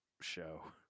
show